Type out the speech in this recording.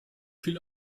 viel